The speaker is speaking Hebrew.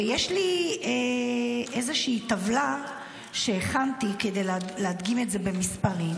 ויש לי איזושהי טבלה שהכנתי כדי להדגים את זה במספרים,